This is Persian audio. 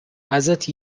ازت